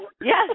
yes